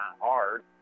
hard